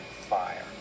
fire